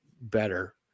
better